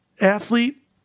athlete